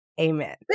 Amen